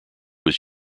was